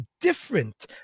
different